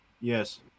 Yes